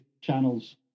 channels